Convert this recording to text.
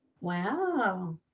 Wow